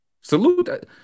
Salute